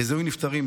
בזיהוי נפטרים,